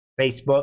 Facebook